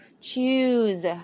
choose